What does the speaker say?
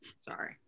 Sorry